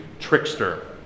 trickster